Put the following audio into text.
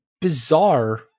bizarre